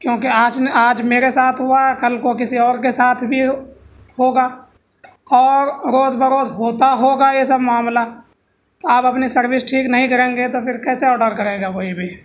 کیونکہ آج نہ آج میرے ساتھ ہوا ہے کل کو کسی اور کے ساتھ بھی ہوگا اور روز بروز ہوتا ہوگا یہ سب معاملہ تو آپ اپنی سروس ٹھیک نہیں کریں گے تو پھر کیسے آڈر کرے گا کوئی بھی